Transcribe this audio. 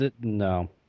No